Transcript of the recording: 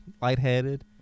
Lightheaded